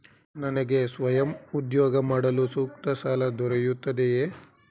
ನನಗೆ ಸ್ವಯಂ ಉದ್ಯೋಗ ಮಾಡಲು ಸೂಕ್ತ ಸಾಲ ದೊರೆಯುತ್ತದೆಯೇ?